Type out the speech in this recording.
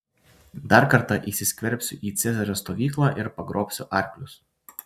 dar kartą įsiskverbsiu į cezario stovyklą ir pagrobsiu arklius